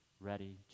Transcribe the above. ready